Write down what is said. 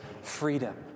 freedom